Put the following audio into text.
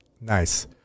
Nice